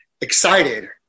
excited